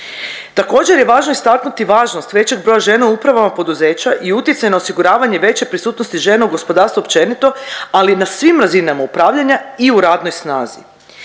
Također je važno istaknuti važnost većeg broja žena u upravama poduzeća i utjecaj na osiguravanje veće prisutnosti žena u gospodarstvu općenito, ali na svim razinama upravljanja i u radnoj snazi.